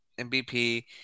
MVP